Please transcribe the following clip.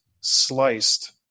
sliced